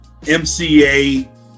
MCA